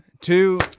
two